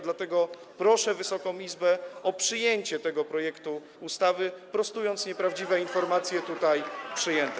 Dlatego proszę Wysoką Izbę o przyjęcie tego projektu ustawy, prostując nieprawdziwe informacje tutaj przyjęte.